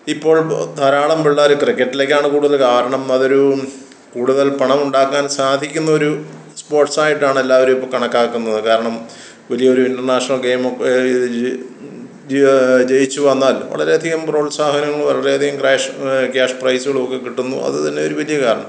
ഇപ്പോൾ ധാരാളം പിള്ളേർ ക്രിക്കറ്റിലേക്കാണ് കൂടുതൽ കാരണം അതൊരു കൂടുതൽ പണമുണ്ടാക്കാൻ സാധിക്കുന്ന ഒരു സ്പോട്ട്സ് ആയിട്ടാണ് എല്ലാവരും ഇപ്പം കണക്കാക്കുന്നത് കാരണം പുതിയൊരു ഇൻറ്റർനാഷണൽ ഗെയ്മൊക്കെ ജയിച്ചു വന്നാൽ വളരെയധികം പ്രോത്സാഹനങ്ങളും വളരെയധികം ക്യാഷ് പ്രൈസുകളുമൊക്കെ കിട്ടുന്നു അതുതന്നെ ഒരു വലിയ കാരണം